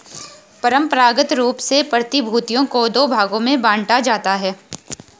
परंपरागत रूप से प्रतिभूतियों को दो भागों में बांटा जाता है